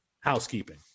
housekeeping